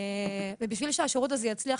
כדי שהשירות הזה יצליח,